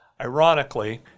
Ironically